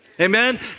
amen